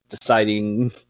deciding